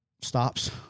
stops